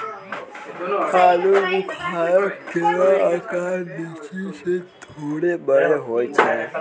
आलूबुखारा केरो आकर लीची सें थोरे बड़ो होय छै